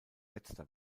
letzter